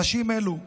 אנשים אלו,